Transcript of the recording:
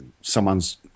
someone's